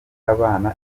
abana